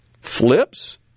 flips